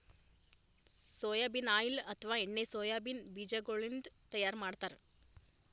soybean oil ಅಥವಾ ಎಣ್ಣಿ soybean ಬಿಜಾಗೋಳಿನ್ದ ತೈಯಾರ್ ಮಾಡ್ತಾರ್